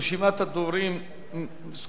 רשימת הדוברים סגורה.